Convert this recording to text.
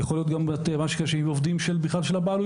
יכול להיות שיהיו עובדים בכלל של הבעלויות,